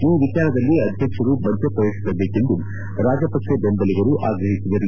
ಈ ವಿಚಾರದಲ್ಲಿ ಅಧ್ಯಕ್ಷರು ಮಧ್ಯ ಪ್ರವೇಶಿಸಬೇಕೆಂದು ರಾಜಪಕ್ಷೆ ಬೆಂಬಲಿಗರು ಆಗ್ರಹಿಸಿದರು